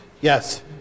Yes